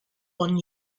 one